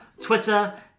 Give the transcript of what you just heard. Twitter